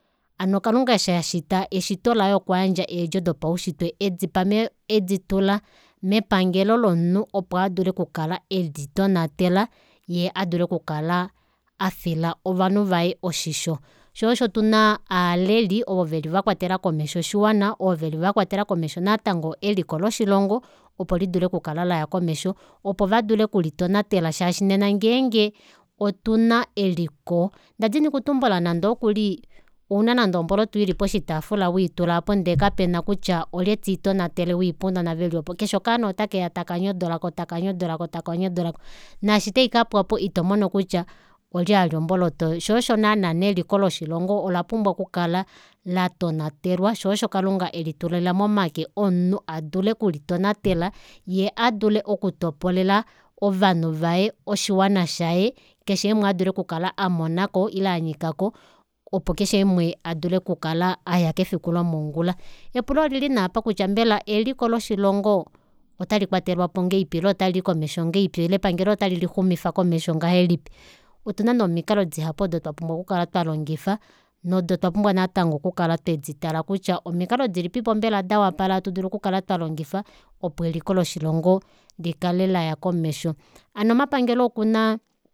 Hono kalunga eshi ashita eshito laye okwayandja eedjo dopaushitwe edipa mee editula mepangelo lomunhu opo adule edi tonatala yee adule okukala afila ovanhu vaye oshisho shoo osho tuna ovaleli ovo veli vakwatela komesho oshiwana ovo veli vakwatela komesho natango eliko loshilongo opo lidule okukala laya komesho opo vadule kulitonatela shaashi nena ngeenge otuna eliko ndadini okutumbula nande ookuli ouna nande omboloto weitula poshitaafula aapo ndee kapena kutya olye tii tonatele weipa ounona veli oopo keshe okaana otakeya taka nyodolako taka nyodolako taka nyodoloko naashi taikwapwapo itomono kutya olye alya omboloto oyo shoo osho naana neliko loshilongo ola pumbwa ku kala latonatelwa shoo osho osho kalunga elitula momake omunhu adule oku litonatela yee adule oku topolela ovanhu vaye oshiwana shaye keshe umwe adule oku kala amonako ile anyikako opo keshe umwe adule oku kala aya kefiku lomongula epulo olili nee apa kutya mbela eliko loshilongo ota likwatelwapo ngahelipi ile otalii komesho ngahalipi ile epangelo ota lilixumifa komesho ngahelipi otuna nee omikalo dihapu odo twapumbwa okukala twalongifa nodo twapumbwa natango oku kala tweditala kuya omikalo dilipipo ndawapala hatu dulu oku kala twalongifa opo eliko loshilongo likale laya komesho hano omapangelo okuna